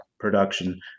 Production